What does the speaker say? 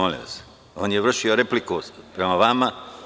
On je vršio repliku prema vama.